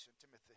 Timothy